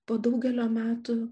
po daugelio metų